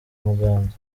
muganda